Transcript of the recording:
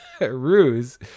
ruse